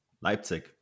Leipzig